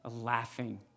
laughing